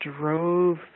drove